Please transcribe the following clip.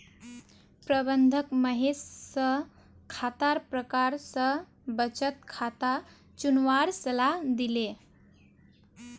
प्रबंधक महेश स खातार प्रकार स बचत खाता चुनवार सलाह दिले